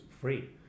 free